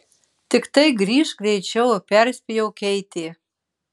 tiktai grįžk greičiau perspėjo keitė